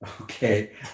okay